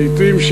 לעתים,